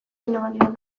zinemaldian